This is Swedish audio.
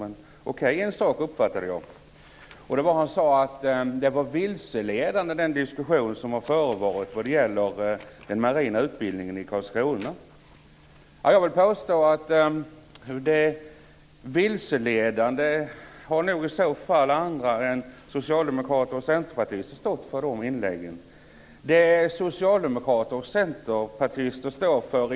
Men en sak uppfattade jag, och det var att han ansåg att den diskussion som har förts när det gäller den marina utbildningen i Karlskrona var vilseledande. Jag vill påstå att andra än socialdemokrater och centerpartister nog i så fall har stått för de vilseledande inläggen.